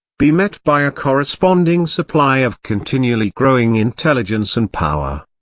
be met by a corresponding supply of continually growing intelligence and power.